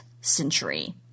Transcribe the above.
century